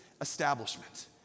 establishment